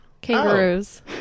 Kangaroos